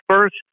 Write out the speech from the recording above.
first